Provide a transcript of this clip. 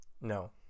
No